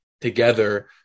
together